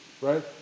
right